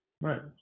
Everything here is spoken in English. Right